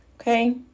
okay